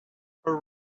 her